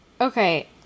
okay